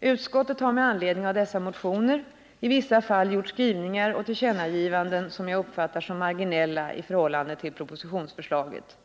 Utskottet har med anledning av dessa motioner i vissa fall gjort skrivningar och tillkännagivanden som jag uppfattar som marginella i förhållande till propositionsförslaget.